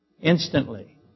instantly